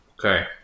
Okay